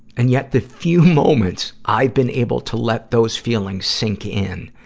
and yet, the few moments i've been able to let those feelings sink in,